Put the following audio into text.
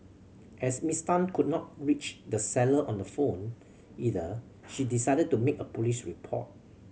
as Miss Tan could not reach the seller on the phone either she decided to make a police report